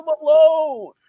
alone